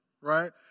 Right